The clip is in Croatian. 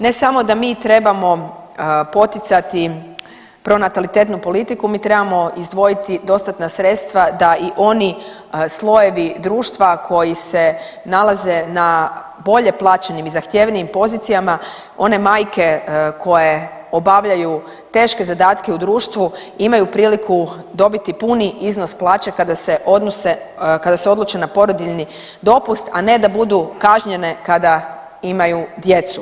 Ne samo da mi trebamo poticati pronatalitetnu politiku, mi trebamo izdvojiti dostatna sredstva da i oni slojevi društva koji se nalaze na bolje plaćenim i zahtjevnijim pozicijama one majke koje obavljaju teške zadatke u društvu imaju priliku dobiti puni iznos plaće kada se odluče na porodiljni dopust, a ne da budu kažnjene kada imaju djecu.